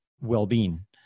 well-being